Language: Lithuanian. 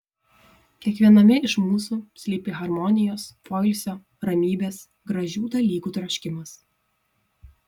kiekviename iš mūsų slypi harmonijos poilsio ramybės gražių dalykų troškimas